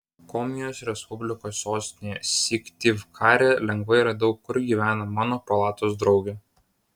komijos respublikos sostinėje syktyvkare lengvai radau kur gyvena mano palatos draugė